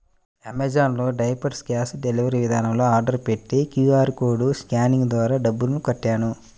Amazon లో diapers cash delivery విధానంలో order పెట్టి క్యూ.ఆర్ కోడ్ స్కానింగ్ ద్వారా డబ్బులు కట్టాను